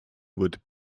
would